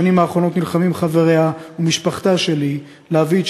בשנים האחרונות נלחמים חבריה ומשפחתה של לי להביא את